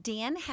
Dan